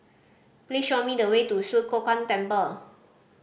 please show me the way to Swee Kow Kuan Temple